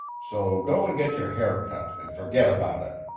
so go and get your hair cut and forget about it.